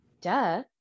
Duh